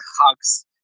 hugs